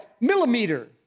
millimeter